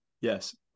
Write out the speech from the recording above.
Yes